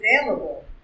available